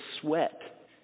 sweat